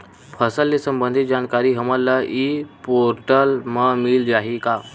फसल ले सम्बंधित जानकारी हमन ल ई पोर्टल म मिल जाही का?